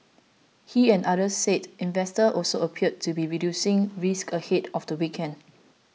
he and others said investors also appeared to be reducing risk ahead of the weekend